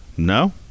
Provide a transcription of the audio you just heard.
No